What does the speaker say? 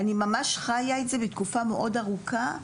אני ממש חיה את זה בתקופה מאוד ארוכה.